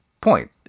point